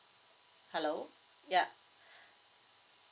hello yeah